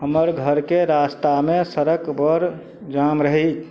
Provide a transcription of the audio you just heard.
हमर घरके रास्तामे सड़क बड़ जाम रहय